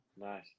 Nice